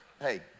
hey